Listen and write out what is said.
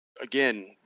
again